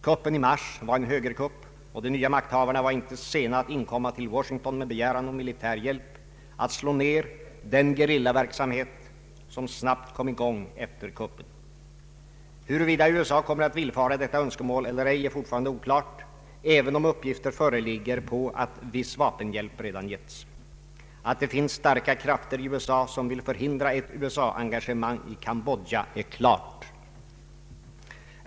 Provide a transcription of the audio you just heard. Kuppen i mars var en högerkupp, och de nya makthavarna var inte sena att inkomma till Washington med begäran om militär hjälp att slå ner den gerillaverksamhet som snabbt kom i gång efter kuppen. Huruvida USA kommer att villfara detta önskemål eller ej är fortfarande oklart, även om uppgifter föreligger om att viss vapenhjälp redan getts. Att det finns starka krafter i USA som vill förhindra ett USA-engagemang i Cambodja är klart.